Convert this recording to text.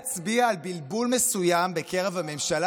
אני רוצה להצביע על בלבול מסוים בקרב בממשלה